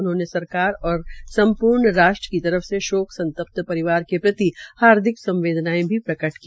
उन्होंने सरकार और सम्पूर्ण राष्ट्र की तरफ से शोक संतप्त परिवार के प्रति हार्दिक संवेदनायें भी प्रकट की